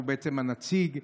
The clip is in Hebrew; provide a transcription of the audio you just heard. שהוא הנציג,